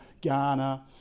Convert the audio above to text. Ghana